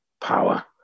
power